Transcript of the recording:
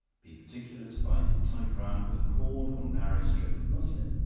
be particular to bind it tight round with a cord, or narrow strip of muslin,